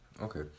Okay